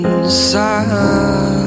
inside